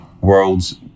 world's